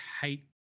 hate